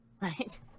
Right